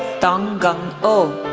dong gun oh,